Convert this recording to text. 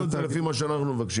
תתקנו את זה לפי מה שאנחנו מבקשים.